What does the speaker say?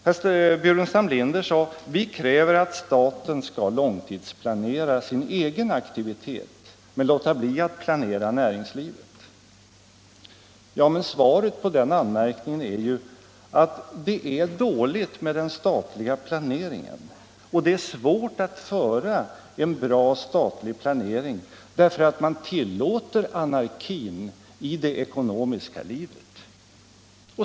Herr Burenstam Linder sade: Vi kräver att staten skall långtidsplanera sin egen aktivitet men låta bli att planera näringslivet. Svaret på den anmärkningen är att det är dåligt med den statliga planeringen, och det är svårt att göra en bra statlig planering därför att man tillåter anarkin i det ekonomiska livet.